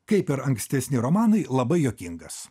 kaip ir ankstesni romanai labai juokingas